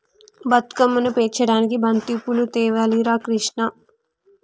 బతుకమ్మను పేర్చడానికి బంతిపూలు తేవాలి రా కిష్ణ